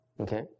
Okay